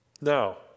Now